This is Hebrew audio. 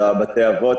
זה בתי האבות.